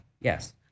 Yes